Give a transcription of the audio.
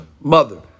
mother